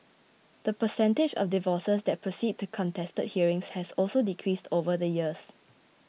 the percentage of divorces that proceed to contested hearings has also decreased over the years